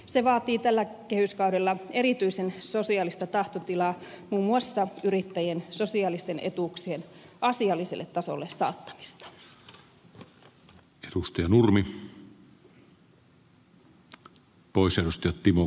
se vaatii tällä kehyskaudella erityisen sosiaalista tahtotilaa muun muassa yrittäjien sosiaalisten etuuksien asialliselle tasolle saattamista